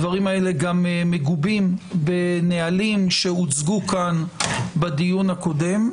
הדברים האלה גם מגובים בנהלים שהוצגו כאן בדיון הקודם,